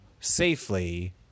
safely